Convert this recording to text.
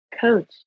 coach